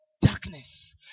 darkness